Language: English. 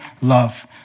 love